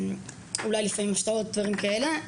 אולי לפעמים השתלות ודברים כאלה,